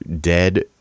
dead